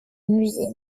musée